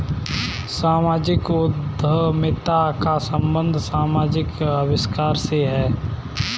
सामाजिक उद्यमिता का संबंध समाजिक आविष्कार से है